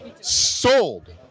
sold